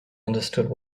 understood